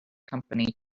company